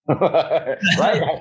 right